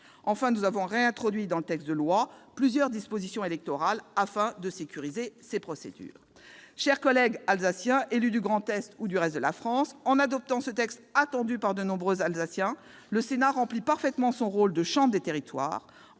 Enfin, elle a réintroduit dans le texte plusieurs dispositions électorales, afin de sécuriser ces procédures. Chers collègues, Alsaciens, élus du Grand Est ou du reste de la France, en adoptant ce projet de loi attendu par de nombreux Alsaciens, le Sénat remplira parfaitement son rôle de chambre des territoires.